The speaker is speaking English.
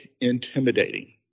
intimidating